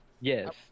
yes